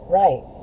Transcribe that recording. right